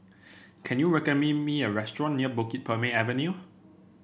can you recommend me a restaurant near Bukit Purmei Avenue